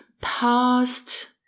past